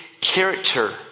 character